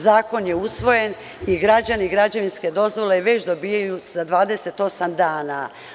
Zakon je usvojen i građani građevinske dozvole već dobijaju za 28 dana.